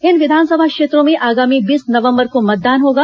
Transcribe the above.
इन विधानसभा क्षेत्रों में आगामी बीस नवंबर को मतदान होगा